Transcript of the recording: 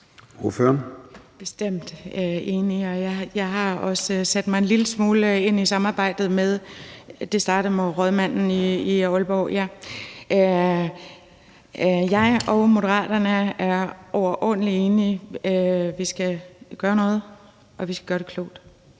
Vi er bestemt enige. Jeg har også sat mig en lille smule ind i samarbejdet. Det startede med rådmanden i Aalborg, ja. Jeg og Moderaterne er overordentlig enige: Vi skal gøre noget, og vi skal gøre det klogt,